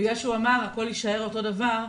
בגלל שהוא אמר שהכל יישאר אותו דבר,